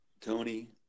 Tony